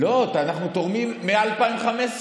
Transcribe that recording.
לא, אנחנו תורמים מ-2015,